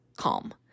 Calm